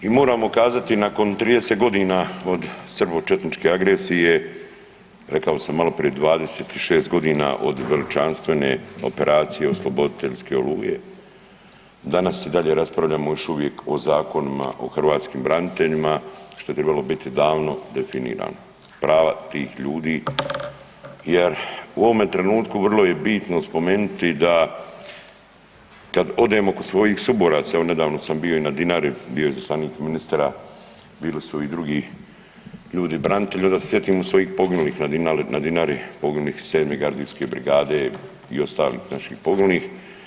I moramo kazati nakon 30 godina od srbo-četničke agresije, rekao sam malo prije 26 godina od veličanstvene operacije osloboditeljske Oluje, danas i dalje raspravljamo još uvijek o zakonima o hrvatskim braniteljima, što je trebalo biti davno definirano, prava tih ljudi, jer u ovome trenutku vrlo je bitno spomenuti da kad odemo kod svojih suboraca, evo nedavno sam bio i na Dinari, bio je izaslanik ministra, bili su i drugi ljudi branitelji, onda se sjetim svojim poginulih na Dinari, poginulih 7. gardijske brigade i ostalih naših poginulih.